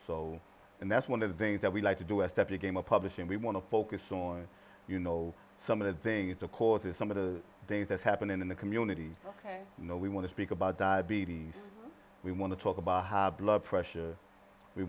so and that's one of the things that we like to do is step your game up publishing we want to focus on you know some of the things the causes some of the things that's happening in the community ok you know we want to speak about diabetes we want to talk about blood pressure we